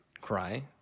cry